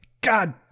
God